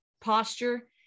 posture